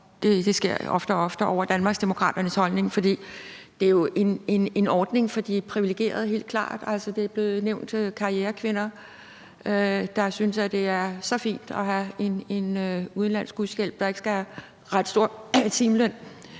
det sker oftere og oftere, over Danmarksdemokraternes holdning, for det er jo helt klart en ordning for de privilegerede. Der bliver nævnt karrierekvinder, der synes, det er så fint at have en udenlandsk hushjælp, der ikke skal have en ret høj timeløn.